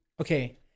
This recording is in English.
okay